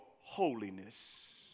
holiness